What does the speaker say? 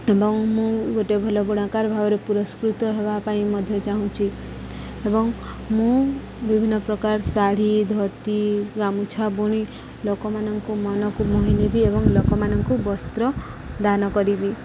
ଏବଂ ମୁଁ ଗୋଟେ ଭଲ ବୁଣାକାର ଭାବରେ ପୁରସ୍କୃତ ହେବା ପାଇଁ ମଧ୍ୟ ଚାହୁଁଛି ଏବଂ ମୁଁ ବିଭିନ୍ନ ପ୍ରକାର ଶାଢ଼ୀ ଧୋତି ଗାମୁଛା ବୁଣି ଲୋକମାନଙ୍କୁ ମନକୁ ମୋହି ନେବି ଏବଂ ଲୋକମାନଙ୍କୁ ବସ୍ତ୍ର ଦାନ କରିବି